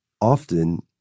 often